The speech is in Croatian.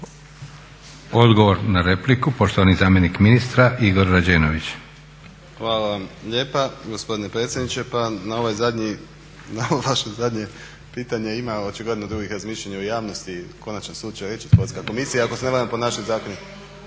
Odgovor na repliku, poštovani zamjenik ministra Igor Rađenović. **Rađenović, Igor (SDP)** Hvala lijepa gospodine predsjedniče. Pa na ovo vaše zadnje pitanje ima očigledno drugih razmišljanja u javnosti, konačni slučaj reći sportska komisija i ako se ne varam po …/Upadica se